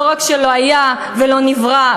לא רק שלא היה ולא נברא,